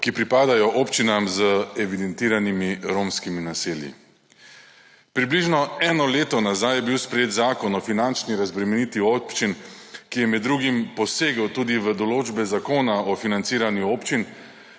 ki pripadajo občinam z evidentiranimi romskimi naselji. Približno eno leto nazaj je bil sprejet zakon o finančni razbremenitvi občin, ki je med drugim posegel tudi v določbe zakona o financiranju občin